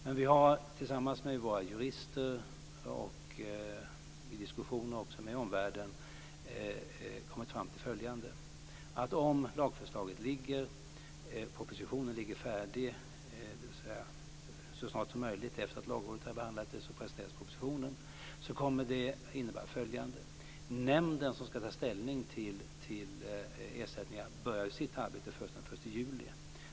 Men vi har tillsammans med våra jurister och vid diskussioner också med omvärlden kommit fram till följande. Om lagförslaget ligger färdigt så snart som möjligt efter att Lagrådet har behandlat det, så presenteras propositionen. Det kommer att innebära att nämnden som skall ta ställning till ersättningar börjar sitt arbete först den 1 juli.